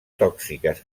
tòxiques